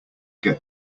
get